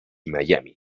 miami